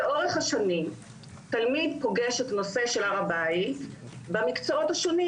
לאורך השנים תלמיד פוגש את נושא הר הבית במקצועות השונים,